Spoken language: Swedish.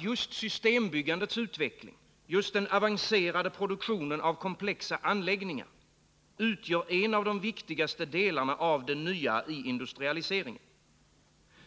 Just systembyggandets utveckling, just den avancerade produktionen av komplexa anläggningar utgör nämligen en av de viktigaste delarna av det nya i industrialiseringen.